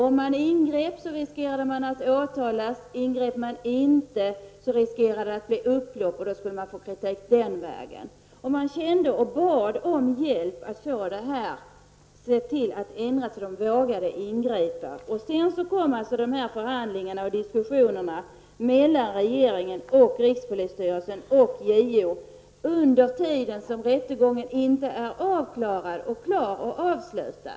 Om man ingrep riskerade man åtal, ingrep man inte riskerade man att det blev upplopp och då skulle man få kritik för det. Man kände sig osäker och bad om hjälp att se till att ändra lagen så att man skulle våga ingripa. Sedan kom alltså dessa förhandlingar och diskussioner mellan regeringen, rikspolisstyrelsen och JO under den tid då rättegången pågick.